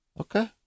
Okay